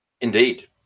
Indeed